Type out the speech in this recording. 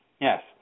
Yes